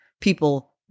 People